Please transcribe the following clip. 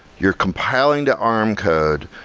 you're compelling to arm code.